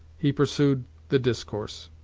he pursued the discourse.